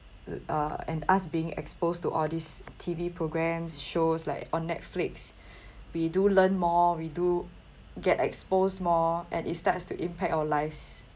uh and us being exposed to all these T_V programmes shows like on netflix we do learn more we do get exposed more and it starts to impact our lives